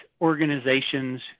organizations